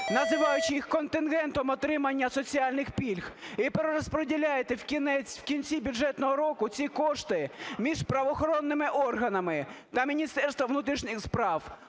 називаючи їх контингентом отримання соціальних пільг, і перерозподіляєте в кінці бюджетного року ці кошти між правоохоронними органами та Міністерством внутрішніх справ